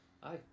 hi